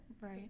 Right